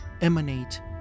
emanate